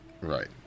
Right